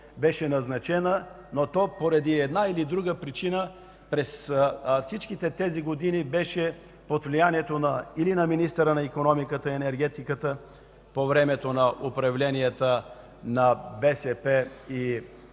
беше назначена, но поради една или друга причина през всичките тези години беше под влиянието или на министъра на икономиката и енергетиката по времето на управленията на БСП,